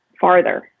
farther